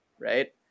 right